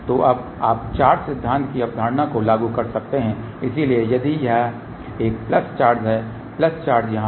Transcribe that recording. तो अब आप चार्ज सिद्धांत की अपनी अवधारणा को लागू कर सकते हैं इसलिए यदि यहां एक प्लस चार्ज है प्लस चार्ज यहां